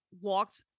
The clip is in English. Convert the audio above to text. walked